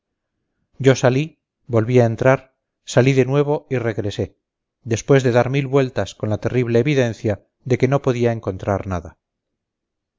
yo salí volví a entrar salí de nuevo y regresé después de dar mil vueltas con la terrible evidencia de que no podía encontrar nada